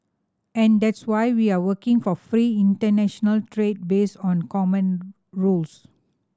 and that's why we are working for free international trade based on common rules